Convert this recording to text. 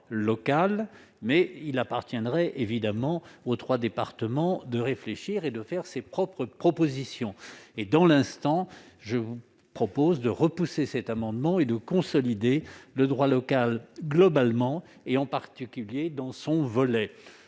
local. Il appartiendrait évidemment à ces trois départements d'y réfléchir et de faire leurs propres propositions en la matière. Dans l'instant, je vous propose de repousser cet amendement et de consolider le droit local, globalement et en particulier dans son volet